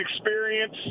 experience